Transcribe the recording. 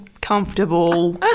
comfortable